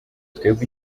twebwe